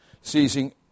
seizing